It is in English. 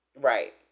Right